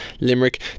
Limerick